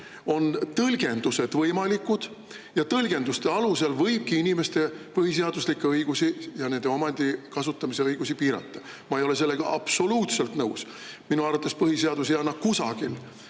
on tõlgendused võimalikud ja tõlgenduste alusel võibki inimeste põhiseaduslikke õigusi ja nende omandi kasutamise õigusi piirata. Ma ei ole sellega absoluutselt nõus. Minu arvates ei anna põhiseadus mitte kusagil